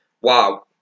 wow